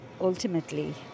Ultimately